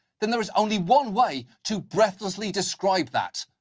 then there is only one way to breathlessly describe that.